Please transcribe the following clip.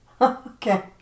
Okay